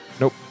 Nope